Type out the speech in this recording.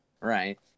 right